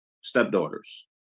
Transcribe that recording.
stepdaughters